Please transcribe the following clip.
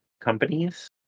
companies